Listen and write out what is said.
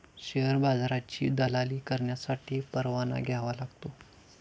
share बाजाराची दलाली करण्यासाठी परवाना घ्यावा लागतो